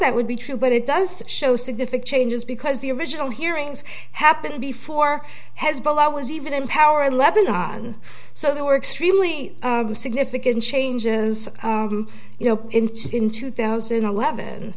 that would be true but it does show significant changes because the original hearings happened before hezbollah was even in power in lebanon so there were extremely significant changes you know in two thousand and eleven